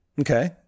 Okay